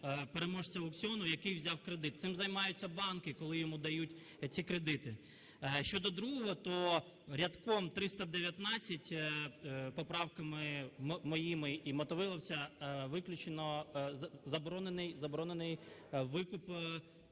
переможця аукціону, який взяв кредит? Цим займаються банки, коли йому дають ці кредити. А щодо другого, то рядком 319, поправками моїми і Мотовиловця, виключено, заборонений викуп